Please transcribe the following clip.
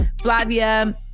Flavia